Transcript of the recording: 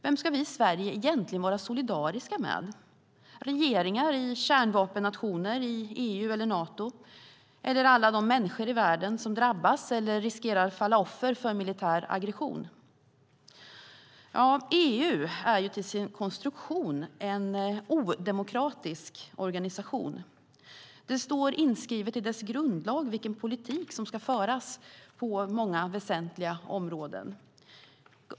Vem ska vi i Sverige egentligen vara solidariska med, regeringar i kärnvapennationer i EU eller Nato eller alla de människor i världen som drabbas eller riskerar att falla offer för militär aggression? EU är till sin konstruktion en odemokratisk organisation. Det står inskrivet i dess grundlag vilken politik som ska föras på många väsentliga områden.